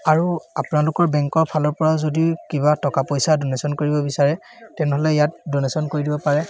আৰু আপোনালোকৰ বেংকৰ ফালৰপৰা যদি কিবা টকা পইচা ডনেশ্যন কৰিব বিচাৰে তেনেহ'লে ইয়াত ডনেশ্যন কৰি দিব পাৰে